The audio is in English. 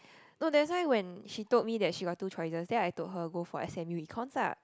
no that's why when she told me that she got two choices then I told her go for s_m_u econs ah